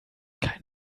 kein